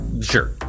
Sure